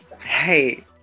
Hey